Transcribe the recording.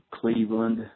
Cleveland